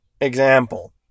example